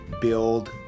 build